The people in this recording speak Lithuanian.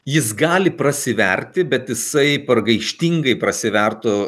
jis gali prasiverti bet jisai pragaištingai prasivertų